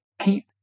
keep